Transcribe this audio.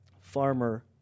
farmer